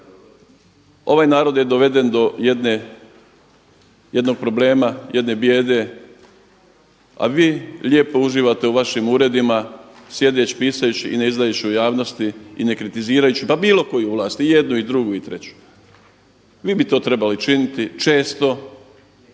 Ovaj narod je doveden do jednog problema, jedne bijede, a vi lijepo uživate u vašim uredima sjedeć, pisajući i ne izdajući u javnosti i ne kritizirajući pa bilo koju vlas i jednu i drugu i treću. Vi bi to trebali činiti često,